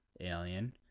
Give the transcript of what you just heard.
alien